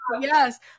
Yes